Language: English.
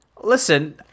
listen